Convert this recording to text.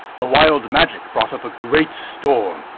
the wild magic brought up a great storm,